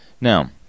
Now